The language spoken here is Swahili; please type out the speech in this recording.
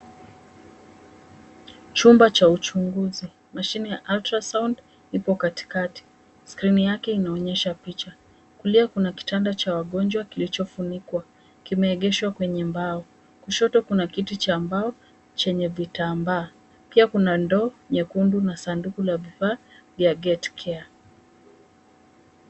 Chumba cha uchunguzi. Mashine ya ultrasound ipo katikati. Skrini yake inaonyesha picha. Kulia, kuna kitanda cha wagonjwa kilichofunikwa. Kimeegeshwa kwenye mbao. Kushoto kuna kiti cha mbao chenye vitambaa. Pia kuna ndoo nyekundu na sanduku la vifaa vya gate care .